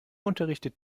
unterrichtet